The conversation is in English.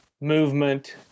movement